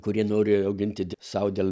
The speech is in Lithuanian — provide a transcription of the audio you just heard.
kurie nori auginti sau dėl